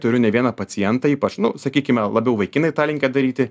turiu ne vieną pacientą ypač nu sakykime labiau vaikinai tą linkę daryti